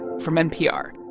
from npr